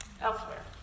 elsewhere